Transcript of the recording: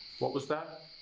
what was that?